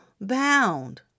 bound